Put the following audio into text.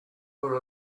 were